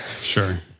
sure